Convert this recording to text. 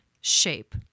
shape